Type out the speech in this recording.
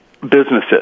businesses